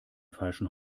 falschen